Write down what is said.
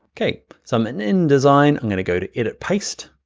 okay, so i'm in indesign. i'm gonna go to edit paste.